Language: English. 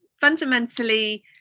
fundamentally